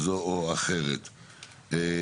(מלווה את דבריו במצגת)